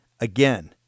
Again